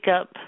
up